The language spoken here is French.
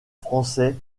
français